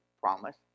promise